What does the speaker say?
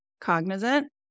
cognizant